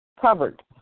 covered